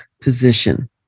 position